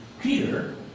Peter